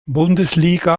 bundesliga